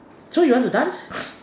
so you want to dance